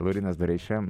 laurynas bareiša